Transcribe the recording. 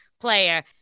player